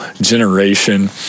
generation